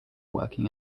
working